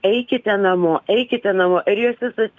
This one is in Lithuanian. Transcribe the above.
eikite namo eikite namo ir jos visos